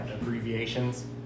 abbreviations